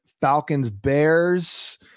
Falcons-Bears